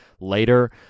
later